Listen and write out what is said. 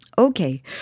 Okay